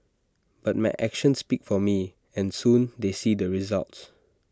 but my actions speak for me and soon they see the results